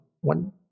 one